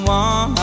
one